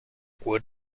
wood